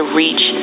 reach